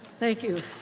thank you.